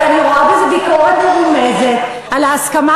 אבל אני רואה בזה ביקורת מרומזת על ההסכמה